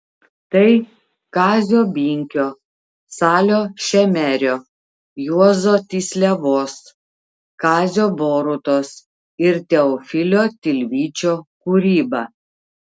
tai kazio binkio salio šemerio juozo tysliavos kazio borutos ir teofilio tilvyčio kūryba